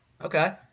Okay